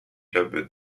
club